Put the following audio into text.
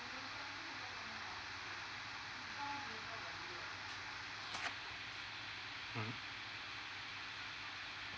mm